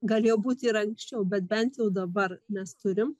galėjo būti ir anksčiau bet bent jau dabar mes turim